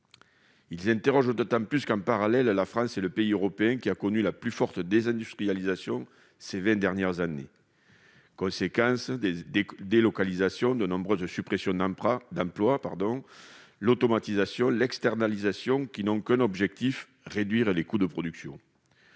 Ils interrogent d'autant plus qu'en parallèle la France est le pays européen ayant connu la plus forte désindustrialisation au cours des vingt dernières années, avec comme conséquences des délocalisations, de nombreuses suppressions d'emplois, l'automatisation et l'externalisation. Un seul objectif visé : réduire les coûts de production.